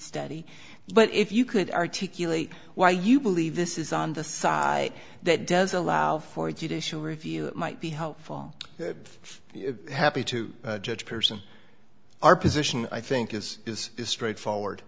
study but if you could articulate why you believe this is on the side that does allow for judicial review it might be helpful happy to judge person our position i think is is straightforward